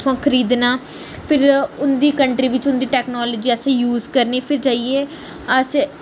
उत्थुआं खरीदना फिर उं'दी कंट्री बिच्च उं'दी टेक्नोलाजी असें यूज़ करनी फिर जाइयै अस